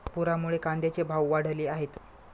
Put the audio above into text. पुरामुळे कांद्याचे भाव वाढले आहेत